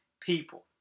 people